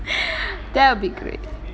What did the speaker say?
that would be great